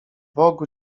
bogu